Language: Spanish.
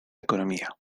economía